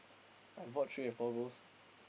I bought three and four goals